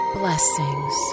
blessings